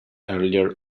earlier